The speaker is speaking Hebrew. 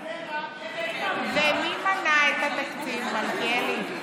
בחדרה אין אקמו, ומי מנע את התקציב, מלכיאלי?